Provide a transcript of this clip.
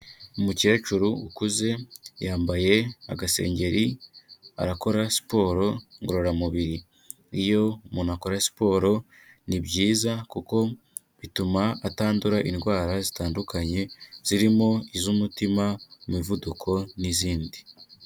Umukecuru ukuze yambaye agasengeri arakora siporo ngororamubiri, iyo umuntu akora siporo ni byiza kuko bituma atandura indwara zitandukanye, zirimo iz'umutima, imivuduko n'izindi.